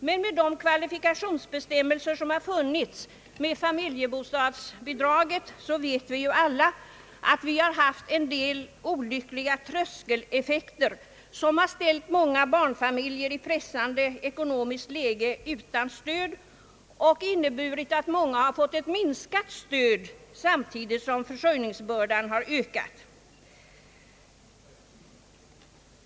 Men de kvalifikationsbestämmelser som här funnits i fråga om familjebostadsbidraget har som vi alla vet lett till en del olyckliga tröskeleffekter, som har ställt många barnfamiljer i pressande ekonomiskt läge utan stöd och som inneburit att många har fått ett minskat stöd samtidigt som försörjningsbördan har ökat.